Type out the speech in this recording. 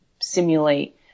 simulate